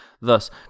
Thus